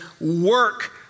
work